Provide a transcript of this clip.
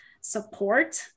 support